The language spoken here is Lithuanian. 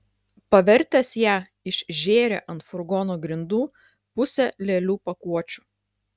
pavertęs ją išžėrė ant furgono grindų pusę lėlių pakuočių